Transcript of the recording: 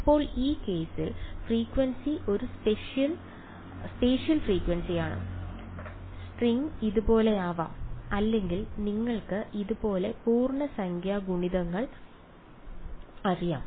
ഇപ്പോൾ ഈ കേസിൽ ഫ്രീക്വൻസി ഒരു സ്പേഷ്യൽ ഫ്രീക്വൻസിയാണ് സ്ട്രിംഗ് ഇതുപോലെയാകാം അല്ലെങ്കിൽ നിങ്ങൾക്ക് ഇത് പോലെ പൂർണ്ണസംഖ്യ ഗുണിതങ്ങൾ അറിയാം